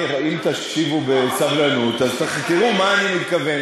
אם תקשיבו בסבלנות אז תראו למה אני מתכוון